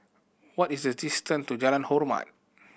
what is the distance to Jalan Hormat